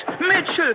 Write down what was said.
Mitchell